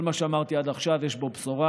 כל מה שאמרתי עד עכשיו, יש בו בשורה.